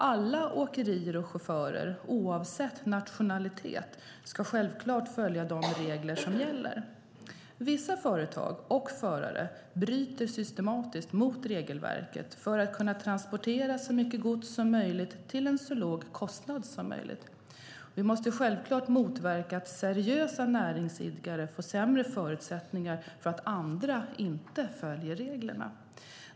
Alla åkerier och chaufförer, oavsett nationalitet, ska självklart följa de regler som gäller. Vissa företag och förare bryter systematiskt mot regelverket för att kunna transportera så mycket gods som möjligt till en så låg kostnad som möjligt. Vi måste självklart motverka att seriösa näringsidkare får sämre förutsättningar för att andra inte följer reglerna.